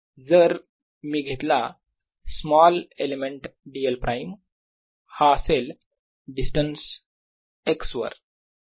जर मी घेतला स्मॉल एलिमेंट dl प्राईम हा असेल डिस्टन्स x वर